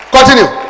Continue